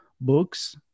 books